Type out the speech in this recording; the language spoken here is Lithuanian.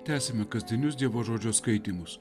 tęsime kasdienius dievo žodžio skaitymus